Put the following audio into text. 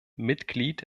mitglied